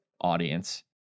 audience